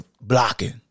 blocking